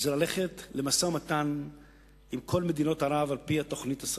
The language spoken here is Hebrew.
וזה ללכת למשא-ומתן עם כל מדינות ערב על-פי התוכנית הסעודית.